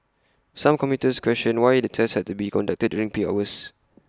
some commuters questioned why the tests had to be conducted during peak hours